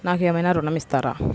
నాకు ఏమైనా ఋణం ఇస్తారా?